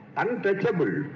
untouchable